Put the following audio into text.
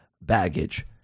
baggage